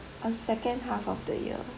oh second half of the year